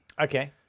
Okay